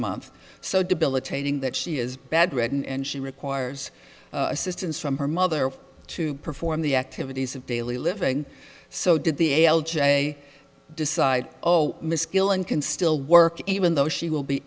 month so debilitating that she is bedridden and she requires assistance from her mother to perform the activities of daily living so did the a l j decide oh miss killen can still work even though she will be